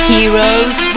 Heroes